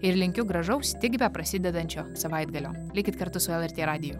ir linkiu gražaus tik beprasidedančio savaitgalio likit kartu su lrt radiju